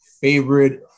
favorite